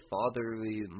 fatherly